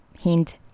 hint